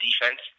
defense